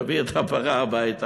הוא הביא את הפרה הביתה